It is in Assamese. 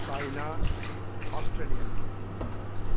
China Australia